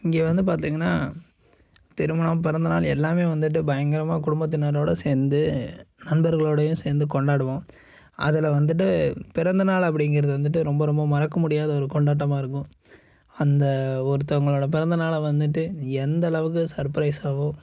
இங்கே வந்து பார்த்தீங்கன்னா திருமணம் பிறந்தநாள் எல்லாமே வந்துட்டு பயங்கரமாக குடும்பத்தினரோடு சேர்ந்து நண்பர்களோடையும் சேர்ந்து கொண்டாடுவோம் அதில் வந்துட்டு பிறந்தநாள் அப்படிங்கிறது வந்துட்டு ரொம்ப ரொம்ப மறக்க முடியாத ஒரு கொண்டாட்டமாக இருக்கும் அந்த ஒருத்தவங்களோட பிறந்தநாளை வந்துட்டு எந்த அளவுக்கு சர்பிரைஸாகவோ